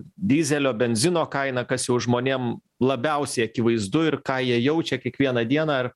dyzelio benzino kainą kas jau žmonėm labiausiai akivaizdu ir ką jie jaučia kiekvieną dieną ar